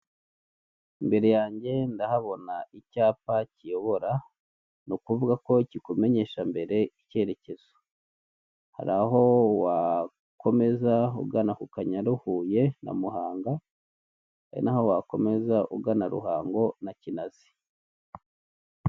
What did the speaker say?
Inyubako ifite ibara ry'umweru ifite n'amadirishya y'umukara arimo utwuma, harimo amarido afite ibara ry'ubururu ndetse n'udutebe; ndetse hari n'akagare kicaramo abageze mu za bukuru ndetse n'abamugaye. Harimo n'ifoto imanitsemo muri iyo nyubako.